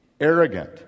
arrogant